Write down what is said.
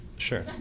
Sure